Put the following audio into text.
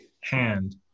hand